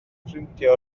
ffrindiau